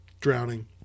drowning